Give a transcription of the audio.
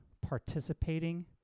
participating